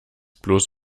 bloß